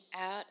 out